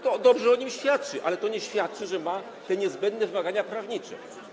To dobrze o nim świadczy, ale to nie świadczy, że ma niezbędne wymagania prawnicze.